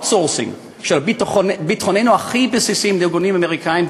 outsourcing של הביטחון הכי בסיסי שלנו עם ארגונים אמריקניים,